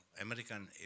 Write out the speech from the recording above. American